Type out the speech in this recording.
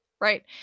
right